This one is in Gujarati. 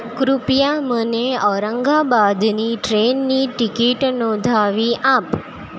કૃપયા મને ઔરંગાબાદની ટ્રેનની ટિકિટ નોંધાવી આપ